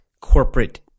corporate